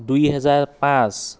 দুই হেজাৰ পাঁচ